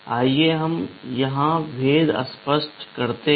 आइए हम यहाँ भेद स्पष्ट करते हैं